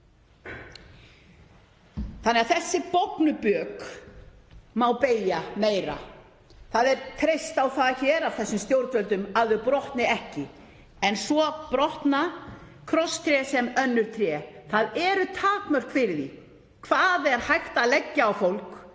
allra. Þessi bognu bök má beygja meira. Það er treyst á það hér af þessum stjórnvöldum að þau brotni ekki en svo brotna krosstré sem önnur tré. Það eru takmörk fyrir því hvað hægt er að leggja á fólk